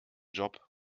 job